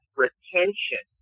retention